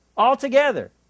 Altogether